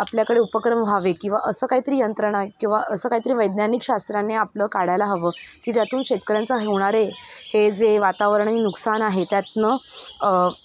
आपल्याकडे उपक्रम व्हावे किवा असं काहीतरी यंत्रणा किवा असं काहीतरी वैज्ञानिक शास्त्राने आपलं काढायला हवं की ज्यातून शेतकऱ्यांचा होणारे हे जे वातावरणीय नुकसान आहे त्यातून